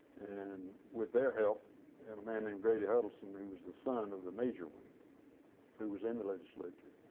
and with their help and a man named grady huddleston who was the son of the major one who was in the legislature